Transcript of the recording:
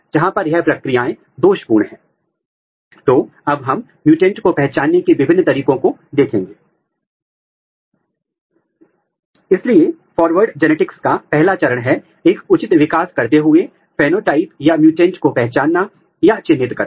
इसलिए यदि आपको प्रोब को बनाना है तो आपको आरएन को एक प्रोब की तरह एंटीसेंस करना पड़ेगा क्योंकि यह एंटीसेंस आर एन ए जाकर सेंस आर एन ए से संकरण करेगा